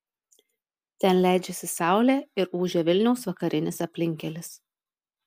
ten leidžiasi saulė ir ūžia vilniaus vakarinis aplinkkelis